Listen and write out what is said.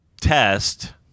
test